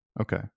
Okay